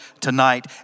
tonight